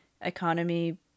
economy